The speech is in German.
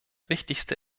wichtigste